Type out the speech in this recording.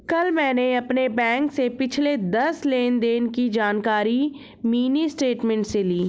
कल मैंने अपने बैंक से पिछले दस लेनदेन की जानकारी मिनी स्टेटमेंट से ली